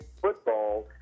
football